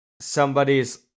somebody's